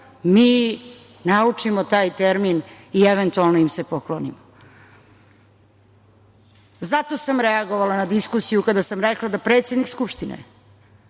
mi naučimo taj termin i eventualno im se poklonimo. Zato sam reagovala na diskusiju kada sam rekla da predsednik Skupštine